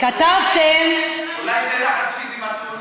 כתבתם, אולי זה לחץ פיזי מתון?